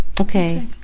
Okay